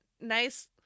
nice